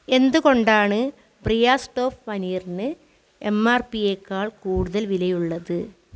എന്തുകൊണ്ടാണ് ബ്രിയാസ് ടോഫ് പനീറിന് എം ആര് പ്പിയെക്കാൾ കൂടുതൽ വിലയുള്ളത്